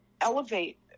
elevate